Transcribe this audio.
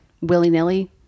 willy-nilly